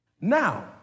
Now